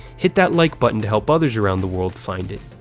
hit that like button to help others around the world find it.